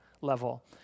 level